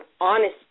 honesty